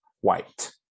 white